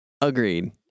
Agreed